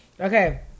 Okay